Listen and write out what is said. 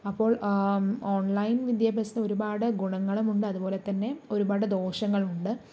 അപ്പോൾ ഓൺലൈൻ വിദ്യാഭ്യാസത്തിന് ഒരുപാട് ഗുണങ്ങളും ഉണ്ട് അതുപോലെതന്നെ ഒരുപാട് ദോഷങ്ങളും ഉണ്ട്